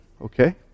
Okay